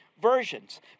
Versions